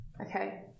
Okay